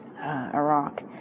Iraq